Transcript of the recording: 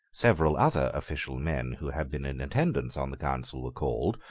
several other official men who had been in attendance on the council were called,